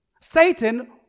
Satan